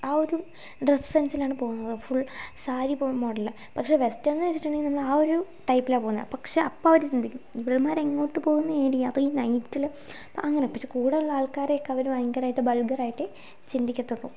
ആ ഒരു ഡ്രസ്സ് സെൻസിലാണ് പോവുന്നത് ഫുൾ സാരി മോഡല് പക്ഷേ വെസ്റ്റേൺ എന്നുവെച്ചിട്ടുണ്ടെങ്കിൽ നമ്മൾ ആ ഒരു ടൈപ്പിലാണ് പോകുന്നത് പക്ഷേ അപ്പോൾ അവരു ചിന്തിക്കും ഇവളുമ്മാരു എങ്ങോട്ട് പോകുന്നു ഈ അപ്പോൾ ഈ നെറ്റിലു അങ്ങനെ പക്ഷേ കൂടെയുള്ള ആൾക്കാരെയൊക്കെ അവരു ഭയങ്കരായിട്ട് വൾഗറായിട്ടേ ചിന്തിക്കത്തുള്ളൂ